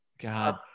god